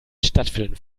stadtvierteln